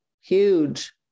huge